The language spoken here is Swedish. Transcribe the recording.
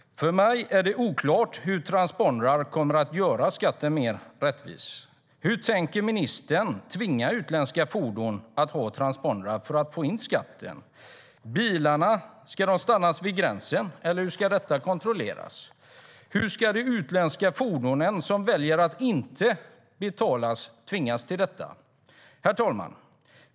För mig är det oklart hur transpondrar kommer att göra skatten mer rättvis. Hur tänker ministern tvinga utländska fordon att ha transpondrar, så att man kan få in skatten? Ska bilarna stannas vid gränsen, eller hur ska de kontrolleras? Hur ska de utländska fordon som väljer att inte betala tvingas till det? Herr talman!